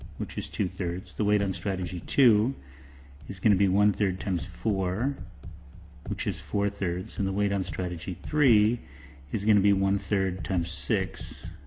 which is two three s. the weight on strategy two is going to be one-third times four which is four three s and the weight on strategy three is going to be one-third times six,